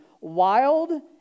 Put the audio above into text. Wild